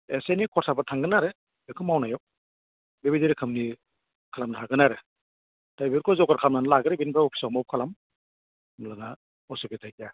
एसे एनै खरसाफोर थांगोन आरो बेखौ मावनायाव बेबायदि रोखोमनि खालामनो हागोन आरो दा बेफोरखौ जगार खालामनानै लाग्रो बेनिफ्राय अफिसाव मुभ खालाम अब्लाना असुबिदा गैया